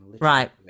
Right